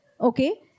Okay